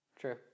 True